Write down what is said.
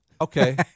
Okay